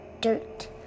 dirt